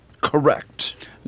correct